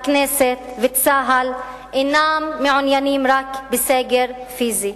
הכנסת וצה"ל אינם מעוניינים רק בסגר פיזי,